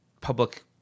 public